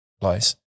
place